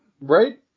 right